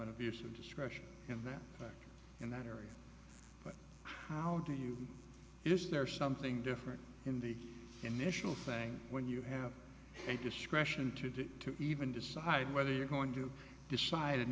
an abuse of discretion in that in that area how do you is there something different in the initial thing when you have a discretion to do to even decide whether you're going to decide an